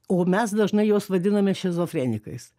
o mes dažnai juos vadiname šizofrenikais